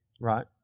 Right